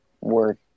work